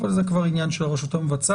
אבל זה כבר עניין של הרשות המבצעת.